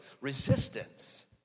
resistance